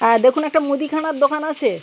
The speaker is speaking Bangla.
হ্যাঁ দেখুন একটা মুদিখানার দোকান আছে